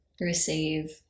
receive